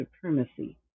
supremacy